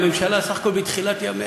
הממשלה בסך הכול בתחילת ימיה.